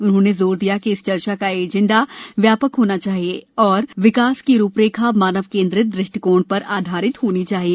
उन्होंने जोर दिया कि इस चर्चा का एजेंडा व्यापक होना चाहिए और विकास की रूपरेखा मानव केंद्रित दृष्टिकोण पर आधारित होनी चाहिए